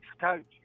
coach